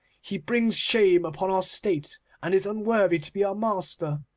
he brings shame upon our state, and is unworthy to be our master